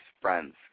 friends